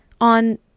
on